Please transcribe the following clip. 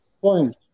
point